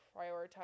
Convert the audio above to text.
prioritize